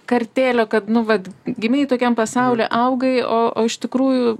kartėlio kad nu vat gimei tokiam pasauly augai o o iš tikrųjų